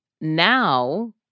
now